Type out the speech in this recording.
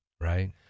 Right